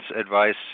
advice